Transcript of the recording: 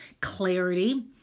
clarity